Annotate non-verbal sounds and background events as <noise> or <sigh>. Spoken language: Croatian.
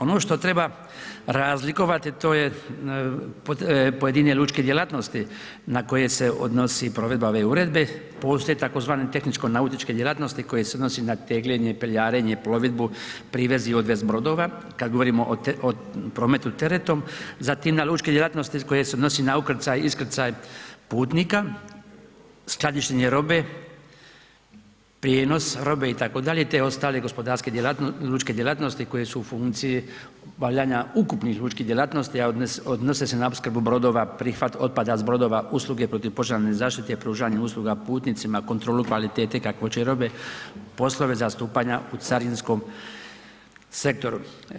Ono što treba razlikovati, to je pojedine lučke djelatnosti na koje se odnosi provedba ove uredbe, postoje tzv. tehničko nautičke djelatnosti koje se odnose na tegljenje, ... <unintelligible> plovidbu., privez i odvoz brodova kad govorimo o prometu teretom, zatim na lučke djelatnosti koje se odnose na ukrcaj i iskrcaj putnika, skladištenja robe, prijenos robe itd. te ostale lučke djelatnosti koje su u funkciji obavljanja ukupnih lučkih djelatnosti a odnose se na opskrbu brodova, prihvat otpada s brodova, usluge protupožarne zaštite, pružanje usluge putnicima, kontrolu kvalitete kakvoće robe, poslove zastupanja u carinskom sektoru.